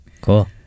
Cool